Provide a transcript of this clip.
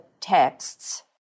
texts